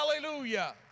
Hallelujah